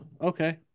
Okay